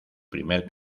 primer